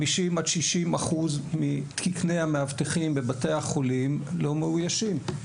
50% עד 60% מתקני המאבטחים בבתי החולים לא מאוישים.